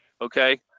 Okay